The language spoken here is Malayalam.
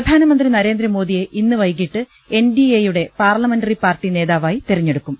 പ്രധാനമന്ത്രി നരേന്ദ്രമോദിയെ ഇന്ന് ക്വൈകിട്ട് എൻഡിഎ യുടെ പാർലമെന്ററി പാർട്ടി നേതാവായി തെരഞ്ഞെടുക്കും